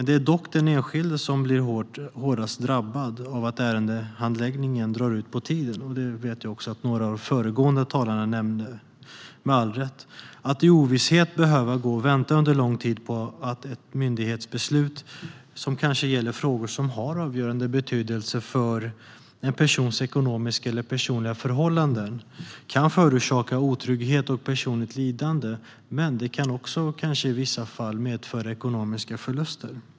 Det är dock den enskilde som blir hårdast drabbad av att ärendehandläggningen drar ut på tiden, vilket också några av de föregående talarna med all rätt har nämnt. Att i ovisshet behöva gå och vänta under lång tid på ett myndighetsbeslut som kanske gäller frågor som har avgörande betydelse för en persons ekonomiska eller personliga förhållanden kan förorsaka otrygghet och personligt lidande. Det kan i vissa fall också medföra ekonomiska förluster.